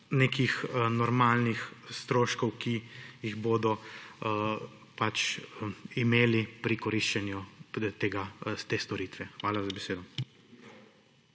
nekih normalnih stroškov, ki jih bodo imeli pri koriščenju te storitve. Hvala za besedo.